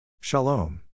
Shalom